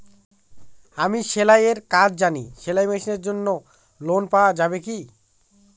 আমি সেলাই এর কাজ জানি সেলাই মেশিনের জন্য ঋণ পাওয়া যাবে কি?